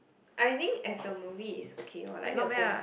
I think as a movie is okay lor like not bad ah